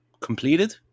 completed